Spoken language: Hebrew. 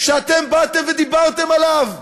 שאתם באתם, דיברתם עליו,